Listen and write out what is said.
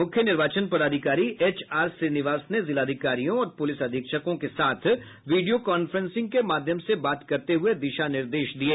मुख्य निर्वाचन पदाधिकारी एच आर श्रीनिवास ने जिलाधिकारियों और पुलिस अधीक्षकों के साथ वीडियो कांफ्रेंसिंग के माध्यम से बात करते हुये दिशा निर्देश दिये